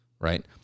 Right